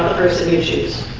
person you choose